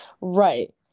Right